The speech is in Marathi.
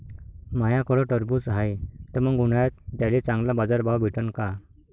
माह्याकडं टरबूज हाये त मंग उन्हाळ्यात त्याले चांगला बाजार भाव भेटन का?